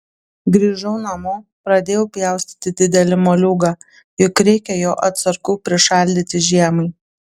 grįžau namo pradėjau pjaustyti didelį moliūgą juk reikia jo atsargų prišaldyti žiemai